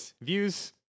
views